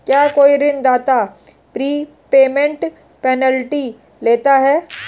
क्या कोई ऋणदाता प्रीपेमेंट पेनल्टी लेता है?